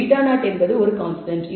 β0 என்பது ஒரு கான்ஸ்டன்ட்